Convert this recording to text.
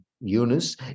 Eunice